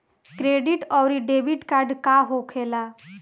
Credit आउरी debit card का होखेला?